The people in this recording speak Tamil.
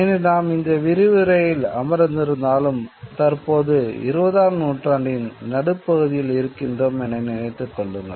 இன்று நாம் இந்த விரிவுரையில் அமர்ந்திருந்தாலும் தற்போது 20 ஆம் நூற்றாண்டின் நடுப்பகுதியில் இருக்கின்றோம் என நினைத்துக் கொள்ளுங்கள்